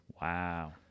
Wow